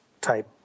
type